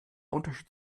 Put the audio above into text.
unterschied